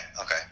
Okay